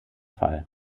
fall